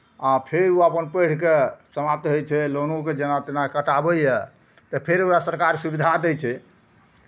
आ फेर ओ अपन पढ़ि कऽ समाप्त होइ छै लोनोके जेना तेना कटाबैए तऽ फेर ओकरा सरकार सुविधा दै छै